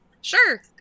sure